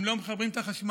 הם לא מחברים את החשמל.